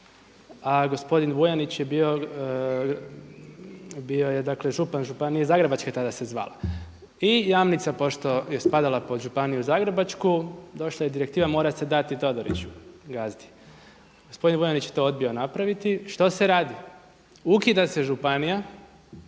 a gospodin Vuljanić je bio župan županije Zagrebačke tada se zvala i Jamnica pošto je spadala pod županiju zagrebačku, došla je direktiva mora se dati Todoriću gazdi. Gospodin Vuljanić je to odbio napraviti. Što se radi? Ukida se županija,